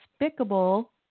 despicable